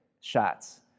shots